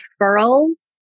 referrals